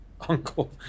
uncle